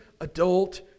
adult